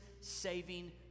saving